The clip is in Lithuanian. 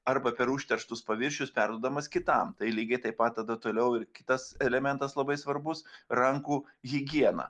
arba per užterštus paviršius perduodamas kitam tai lygiai taip pat tada toliau ir kitas elementas labai svarbus rankų higiena